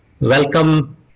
welcome